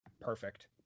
perfect